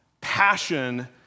passion